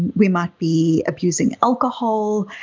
we might be abusing alcohol.